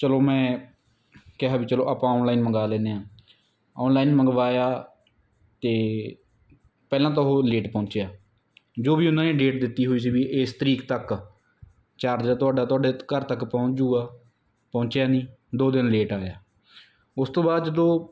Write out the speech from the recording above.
ਚਲੋ ਮੈਂ ਕਿਹਾ ਵੀ ਚਲੋ ਆਪਾਂ ਔਨਲਾਈਨ ਮੰਗਵਾ ਲੈਂਦੇ ਹਾਂ ਔਨਲਾਈਨ ਮੰਗਵਾਇਆ ਅਤੇ ਪਹਿਲਾਂ ਤਾਂ ਉਹ ਲੇਟ ਪਹੁੰਚਿਆ ਜੋ ਵੀ ਉਹਨਾਂ ਨੇ ਡੇਟ ਦਿੱਤੀ ਹੋਈ ਸੀ ਵੀ ਇਸ ਤਰੀਕ ਤੱਕ ਚਾਰਜਰ ਤੁਹਾਡਾ ਤੁਹਾਡੇ ਘਰ ਤੱਕ ਪਹੁੰਚ ਜਾਊਗਾ ਪਹੁੰਚਿਆ ਨਹੀਂ ਦੋ ਦਿਨ ਲੇਟ ਆਇਆ ਉਸ ਤੋਂ ਬਾਅਦ ਜਦੋਂ